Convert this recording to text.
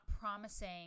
promising